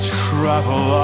travel